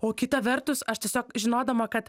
o kita vertus aš tiesiog žinodama kad